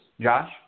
Josh